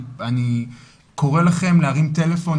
אני קורא לכם להרים את טלפון,